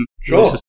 Sure